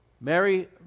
Mary